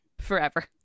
forever